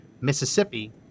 Mississippi